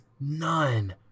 none